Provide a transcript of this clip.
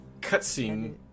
cutscene